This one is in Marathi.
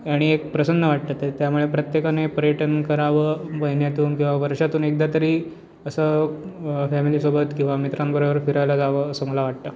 आणि एक प्रसन्न वाटतं ते त्यामुळे प्रत्येकाने पर्यटन करावं महिन्यातून किंवा वर्षातून एकदा तरी असं फॅमिलीसोबत किंवा मित्रांबरोबर फिरायला जावं असं मला वाटतं